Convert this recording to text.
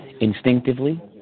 instinctively